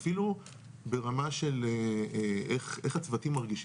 אפילו ברמה של איך הצוותים מרגישים,